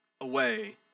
away